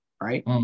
Right